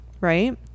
right